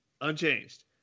Unchanged